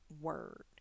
word